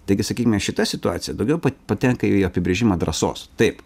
taigi sakykime šita situacija daugiau patenka į apibrėžimą drąsos taip